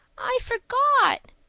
i forgot,